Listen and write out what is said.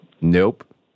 Nope